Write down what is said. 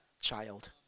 child